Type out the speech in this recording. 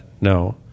No